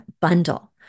bundle